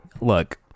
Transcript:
look